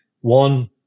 One